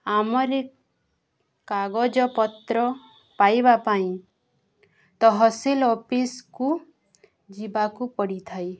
ଆମର କାଗଜପତ୍ର ପାଇବା ପାଇଁ ତହସଲ ଅଫିସକୁ ଯିବାକୁ ପଡ଼ିଥାଏ